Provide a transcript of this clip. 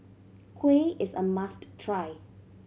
kuih is a must try